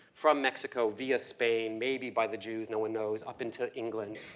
from mexico via spain, maybe by the jews, no one knows, up into england.